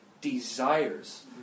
desires